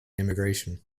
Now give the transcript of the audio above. emigration